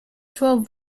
twelve